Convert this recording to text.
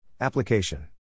Application